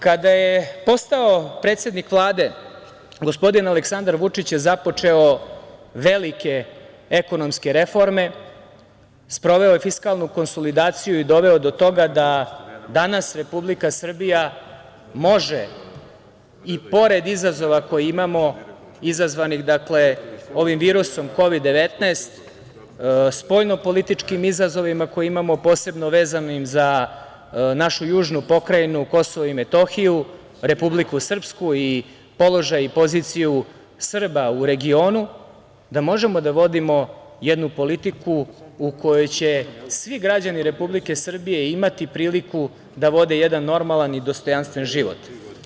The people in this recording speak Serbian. Kada je postao predsednik Vlade, gospodin Aleksandar Vučić je započeo velike ekonomske reforme, sproveo je fiskalnu konsolidaciju i doveo je do toga da danas Republika Srbija može i pored izazova koje imamo, izazvanih ovim virusom Kovid-19, spoljnopolitičkih izazova koje imamo, posebno vezanim za našu južnu pokrajinu Kosovo i Metohiju, Republiku Srpsku i položaj i poziciju Srba u regionu, da možemo da vodimo jednu politiku u kojoj će svi građani Republike Srbije imati priliku da vode jedan normalan i dostojanstven život.